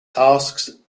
tasks